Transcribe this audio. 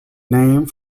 name